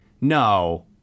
no